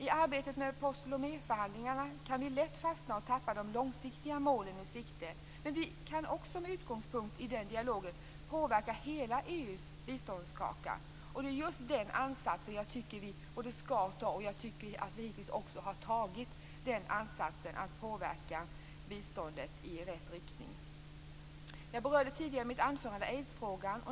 I arbetet med post Loméförhandlingarna kan vi lätt fastna och tappa de långsiktiga målen ur sikte. Men vi kan också med utgångspunkt i den dialogen påverka hela EU:s biståndskaka. Det är just den ansatsen vi skall ta, och vi har haft den ansatsen för att påverka biståndet i rätt riktning. Jag berörde tidigare i mitt anförande aidsfrågan.